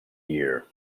year